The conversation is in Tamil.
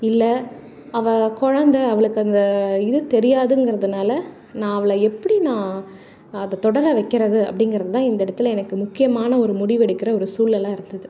இல்லை அவள் கொழந்தை அவளுக்கு அந்த இது தெரியாதுங்கிறதுனாலே நான் அவளை எப்படி நான் அதை தொடர வக்கிறது அப்படிங்கிறதுதான் இந்த இடத்துல எனக்கு முக்கியமான ஒரு முடிவெடுக்கிற ஒரு சூழலாக இருந்தது